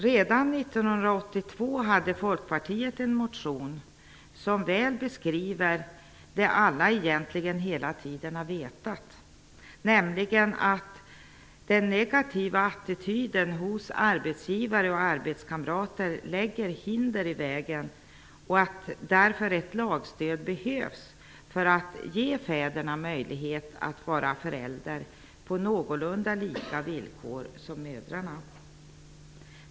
Redan 1982 väckte Folkpartiet en motion som väl beskrev det alla egentligen hela tiden har vetat nämligen att den negativa attityden hos arbetsgivare och arbetskamrater lägger hinder i vägen och att därför ett lagstöd behövs för att ge alla fäder möjlighet att vara förälder på någorlunda samma villkor som mödrarna.